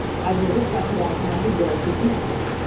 i've never found out how he builds his nest.